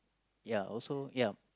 ya also ya